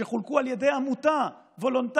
שחולק על ידי עמותה וולונטרית,